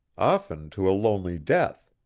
often to a lonely death.